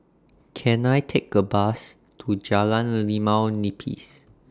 Can I Take A Bus to Jalan Limau Nipis